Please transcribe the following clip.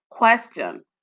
Question